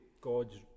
God's